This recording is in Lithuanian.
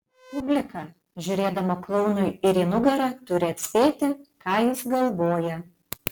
publika žiūrėdama klounui ir į nugarą turi atspėti ką jis galvoja